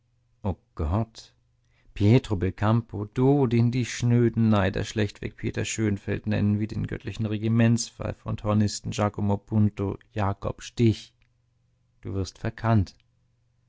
o gott pietro belcampo du den die schnöden neider schlechtweg peter schönfeld nennen wie den göttlichen regimentspfeifer und hornisten giacomo punto jakob stich du wirst verkannt